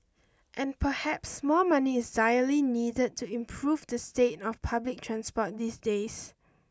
and perhaps more money is direly needed to improve the state of public transport these days